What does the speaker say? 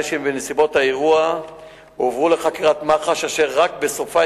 הרי שנסיבות האירוע הועברו לחקירת מח"ש אשר רק בסופה